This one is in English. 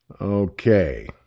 Okay